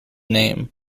name